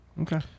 Okay